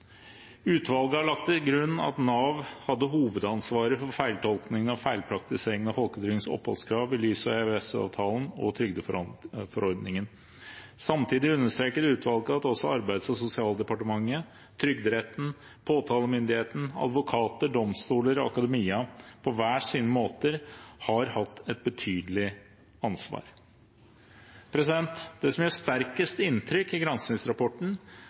Utvalget har lagt til grunn at Nav hadde hovedansvaret for feiltolkningen og feilpraktiseringen av folketrygdens oppholdskrav i lys av EØS-avtalen og trygdeforordningen. Samtidig understreket utvalget at også Arbeids- og sosialdepartementet, Trygderetten, påtalemyndigheten, advokater, domstoler og akademia på hver sin måte har hatt et betydelig ansvar. Det som gjør sterkest inntrykk i